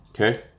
Okay